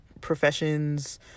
professions